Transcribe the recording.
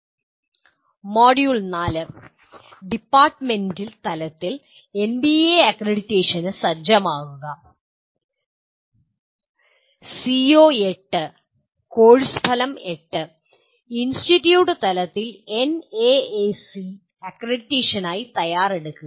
module 4 department തലത്തിൽ NBA അക്രഡിറ്റേഷന് സജ്ജമാകുക CO8 കോഴ്സ് ഫലം 8 ഇൻസ്റ്റിറ്റ്യൂട്ട് തലത്തിൽ എൻഎഎസി അക്രഡിറ്റേഷനായി തയ്യാറെടുക്കുക